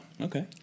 okay